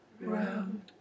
round